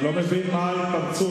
אני לא מבין מה ההתפרצות.